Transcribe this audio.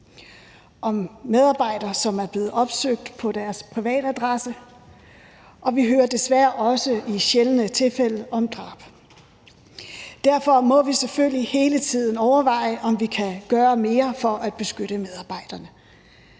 om medarbejdere, som er blevet opsøgt på deres privatadresse. Og vi hører desværre også i sjældne tilfælde om drab. Derfor må vi selvfølgelig hele tiden overveje, om vi kan gøre mere for at beskytte medarbejderne.